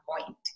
point